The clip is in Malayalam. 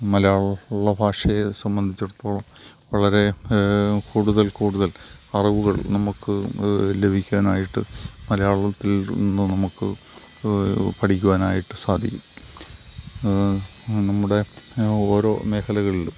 മലയാള ഭാഷയെ സംബന്ധിച്ചിടത്തോളം വളരെ കൂടുതൽ കൂടുതൽ അറിവുകൾ നമുക്ക് ലഭിക്കാനായിട്ട് മലയാളത്തിൽ നിന്നു നമുക്ക് പഠിക്കുവാനായിട്ട് സാധിക്കും നമ്മുടെ ഓരോ മേഖലകളിലും